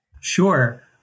Sure